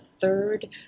third